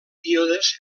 díodes